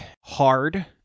hard